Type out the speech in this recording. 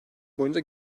boyunca